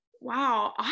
Wow